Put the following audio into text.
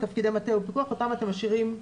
אותם אתם משאירים בחוץ.